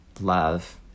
love